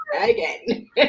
again